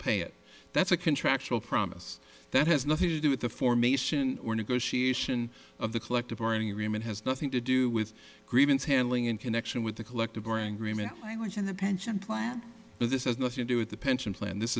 pay it that's a contractual promise that has nothing to do with the formation or negotiation of the collective bargaining agreement has nothing to do with grievance handling in connection with the collective ringarooma language in the pension plan but this has nothing to do with the pension plan this